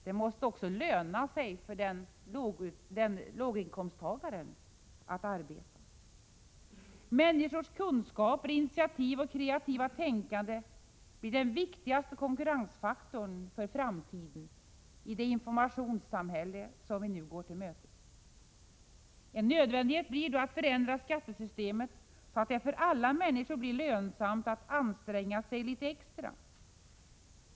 Det måste också löna sig för låginkomsttagaren att arbeta. Människors kunskaper, initiativ och kreativa tänkande blir den viktigaste konkurrensfaktorn för framtiden, i det informationssamhälle som vi nu går till mötes. En nödvändighet blir då att förändra skattesystemet, så att det för alla människor blir lönsamt att anstränga sig litet extra.